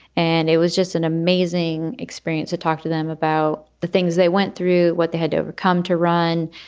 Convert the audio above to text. and it was just an amazing experience to talk to them about the things they went through, what they had to overcome to run,